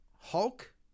Hulk